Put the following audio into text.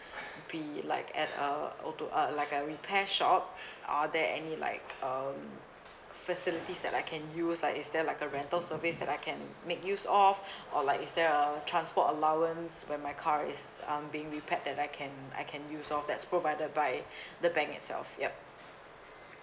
be like at a auto uh like a repair shop are there any like um facilities that I can use like is there like a rental service that I can make use of or like is there a transport allowance when my car is um being repaired that I can I can use off that's provided by the bank itself yup